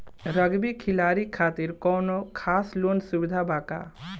Rugby खिलाड़ी खातिर कौनो खास लोन सुविधा बा का?